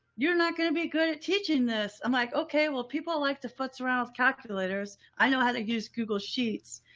you're not going to be good at teaching this. i'm like, okay, well people like to futz around with calculators. i know how to use google sheets.